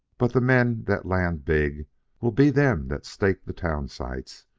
but the men that land big will be them that stake the town sites,